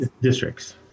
districts